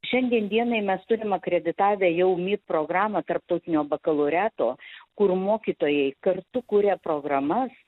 šiandien dienai mes turim akreditavę jau mi programą tarptautinio bakalaureato kur mokytojai kartu kuria programas